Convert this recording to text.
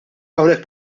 hawnhekk